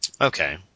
Okay